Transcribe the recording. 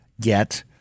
get